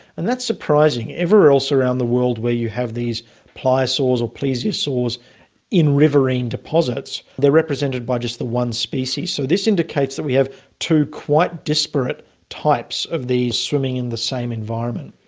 and that's surprising. everyone else around the world where you have these pliosaurs or plesiosaurs in riverine deposits, they are represented by just the one species. so this indicates that we have two quite disparate types of these swimming in the same environment.